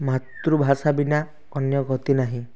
ମାତୃଭାଷା ବିନା ଅନ୍ୟ ଗତି ନାହିଁ